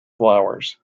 flowers